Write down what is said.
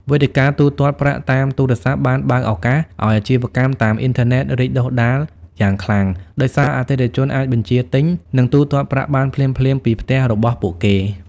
វេទិកាទូទាត់ប្រាក់តាមទូរស័ព្ទបានបើកឱកាសឱ្យអាជីវកម្មតាមអ៊ីនធឺណិតរីកដុះដាលយ៉ាងខ្លាំង ដោយសារអតិថិជនអាចបញ្ជាទិញ និងទូទាត់ប្រាក់បានភ្លាមៗពីផ្ទះរបស់ពួកគេ។